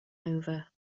over